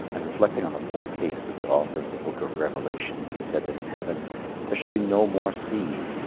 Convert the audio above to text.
and reflecting on the poor taste of the author of the book of revelation when he said that in heaven there shall be no more sea.